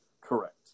Correct